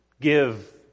give